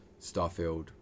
Starfield